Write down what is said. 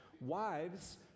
wives